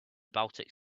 baltic